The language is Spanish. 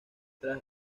tras